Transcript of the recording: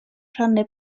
rhannu